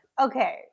Okay